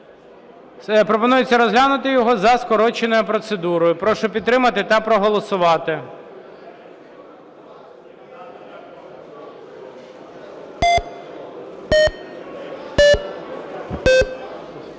Пропонується розглянути його за скороченою процедурою. Прошу підтримати та проголосувати.